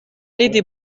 des